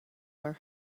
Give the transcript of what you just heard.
were